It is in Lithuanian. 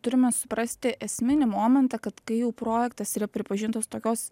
turime suprasti esminį momentą kad kai jau projektas yra pripažintos tokios